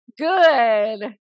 Good